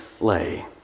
lay